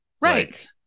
right